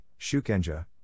shukenja